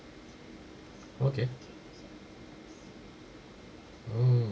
okay oh